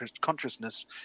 consciousness